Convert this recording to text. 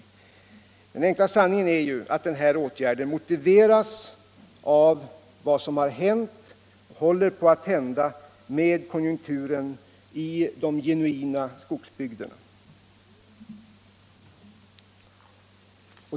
Nej, den enkla sanningen är att denna åtgärd motiveras av vad som hänt och håller på att hända med konjunkturen i de genuina skogsbygderna.